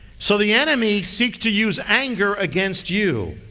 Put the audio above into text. so the enemy seeks to use anger against you.